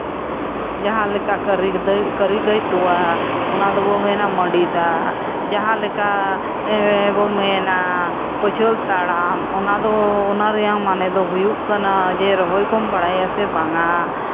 ᱡᱟᱦᱟᱸᱞᱮᱠᱟ ᱠᱟᱹᱨᱤ ᱫᱟᱹᱭ ᱠᱟᱹᱨᱤᱜᱟᱹᱭ ᱛᱚᱣᱟ ᱚᱱᱟ ᱫᱚᱵᱚ ᱢᱮᱱᱟ ᱢᱟᱹᱰᱤ ᱫᱟᱜ ᱡᱟᱦᱟᱸᱞᱮᱠᱟ ᱵᱚ ᱢᱮᱱᱟ ᱯᱟᱹᱪᱷᱟᱹᱞ ᱛᱟᱲᱟᱢ ᱚᱱᱟ ᱫᱚ ᱚᱱᱟ ᱨᱮᱭᱟᱜ ᱢᱟᱱᱮ ᱫᱚ ᱦᱩᱭᱩᱜ ᱠᱟᱱᱟ ᱡᱮ ᱨᱚᱦᱚᱭ ᱠᱚᱢ ᱵᱟᱲᱟᱭᱟ ᱥᱮ ᱵᱟᱝᱼᱟ